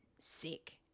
sick